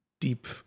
deep